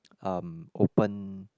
um open